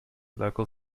local